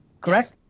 correct